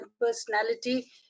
personality